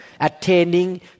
attaining